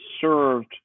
served